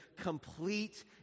complete